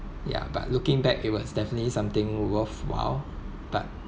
ya but looking back it was definitely something worthwhile but